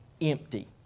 empty